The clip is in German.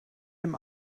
dem